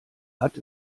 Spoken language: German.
hat